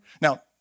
Now